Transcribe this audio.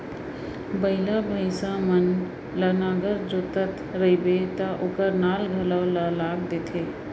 बइला, भईंसा मन ल नांगर जोतत रइबे त ओकर नाल घलौ ल लाग देथे